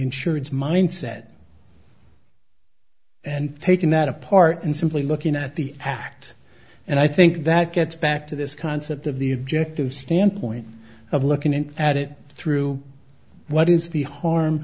insureds mindset and taking that apart and simply looking at the act and i think that gets back to this concept of the objective standpoint of looking at it through what is the harm